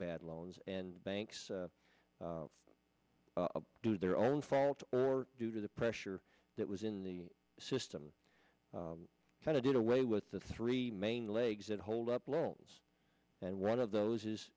bad loans and banks do their own fault or due to the pressure that was in the system kind of did away with the three main legs and hold up loans and one of those is